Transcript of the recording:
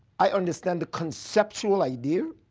i understand the conceptual idea.